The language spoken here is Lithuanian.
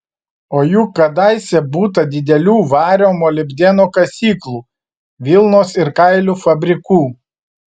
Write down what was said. o juk kadaise būta didelių vario molibdeno kasyklų vilnos ir kailių fabrikų